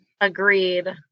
Agreed